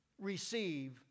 receive